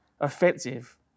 offensive